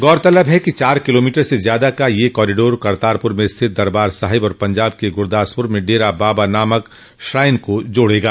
गौरतलब है कि चार किलोमीटर से ज्यादा का यह कॉरिडोर करतारपुर में स्थित दरबार साहिब और पंजाब के गुरदासपुर में डेरा बाबा नानक श्राइन को जोड़ेगा